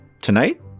Tonight